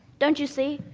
don't you see,